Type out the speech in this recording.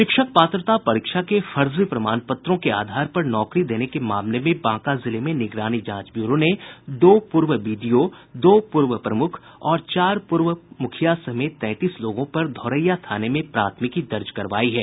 शिक्षक पात्रता परीक्षा के फर्जी प्रमाण पत्रों के आधार पर नौकरी देने के मामले में बांका जिले में निगरानी जांच ब्यूरो ने दो पूर्व बीडीओ दो पूर्व प्रमुख और चार पूर्व मुखिया समेत तैंतीस लोगों पर धोरैया थाने में प्राथमिकी दर्ज करवायी है